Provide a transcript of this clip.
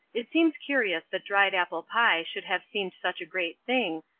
it seems curious that dried-apple-pie should have seemed such a great thing,